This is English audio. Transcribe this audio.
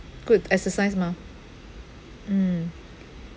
good exercise mah mm